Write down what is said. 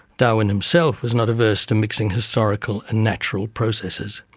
darwin himself was not averse to mixing historical and natural processes.